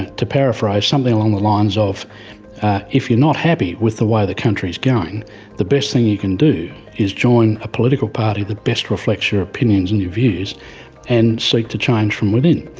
to paraphrase, something along the lines of if you're not happy with the way the country's going the best thing you can do is join a political party that best reflects your opinions and your views and seek to change from within.